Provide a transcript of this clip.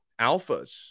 alphas